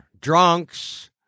drunks